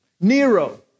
Nero